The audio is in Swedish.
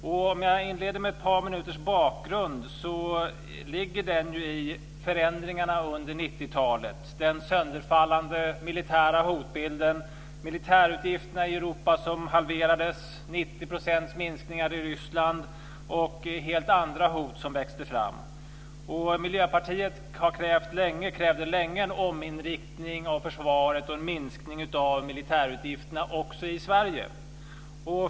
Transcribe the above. För att inleda med ett par minuters bakgrund ligger ju denna i förändringarna under 90-talet - den sönderfallande militära hotbilden, de halverade militärutgifterna i Europa, de 90-procentiga minskningarna i Ryssland och de helt andra hot som växte fram. Miljöpartiet krävde länge en ominriktning av försvaret och en minskning av militärutgifterna också i Sverige.